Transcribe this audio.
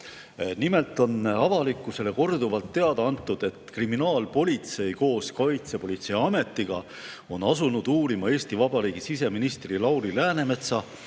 Nimelt on avalikkusele korduvalt teada antud, et kriminaalpolitsei koos Kaitsepolitseiametiga on asunud uurima Eesti Vabariigi siseministri Lauri Läänemetsa